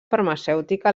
farmacèutica